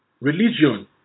Religion